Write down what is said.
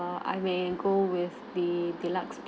~(err) I may go with the deluxe